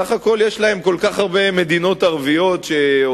בסך הכול יש להם כל כך הרבה מדינות ערביות שעוזרות